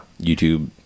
youtube